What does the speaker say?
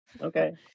Okay